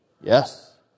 Yes